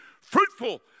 fruitful